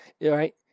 right